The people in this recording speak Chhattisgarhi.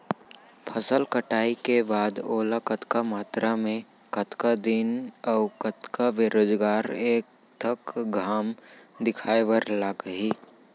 फसल कटाई के बाद ओला कतका मात्रा मे, कतका दिन अऊ कतका बेरोजगार तक घाम दिखाए बर लागही?